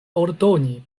ordoni